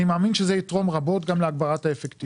אני מאמין שזה יתרום רבות גם להגברת האפקטיביות.